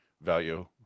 value